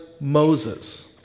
Moses